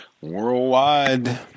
Worldwide